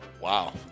Wow